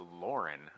Lauren